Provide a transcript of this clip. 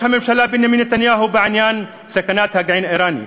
הממשלה בנימין נתניהו בעניין סכנת הגרעין האיראני,